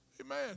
Amen